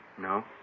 No